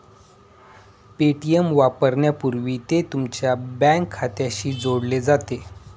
Paytm वापरण्यापूर्वी ते तुमच्या बँक खात्याशी जोडले जाते